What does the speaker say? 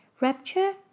rapture